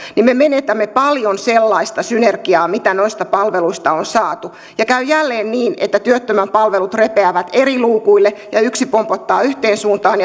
niin me menetämme paljon sellaista synergiaa mitä noista palveluista on saatu ja käy jälleen niin että työttömän palvelut repeävät eri luukuille ja yksi pompottaa yhteen suuntaan